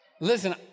Listen